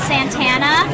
Santana